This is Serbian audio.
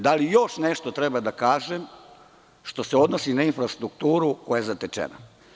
Da li još nešto treba da kažem što se odnosi na infrastrukturu koja je zatečena?